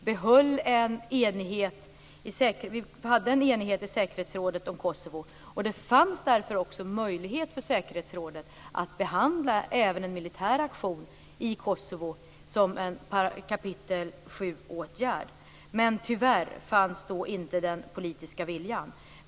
Vi hade en enighet om Kosovo i säkerhetsrådet, och det fanns därför också en möjlighet för säkerhetsrådet att behandla även en militär aktion i Kosovo som en kap. 7-åtgärd. Men tyvärr fanns då inte den politiska viljan.